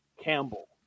Campbell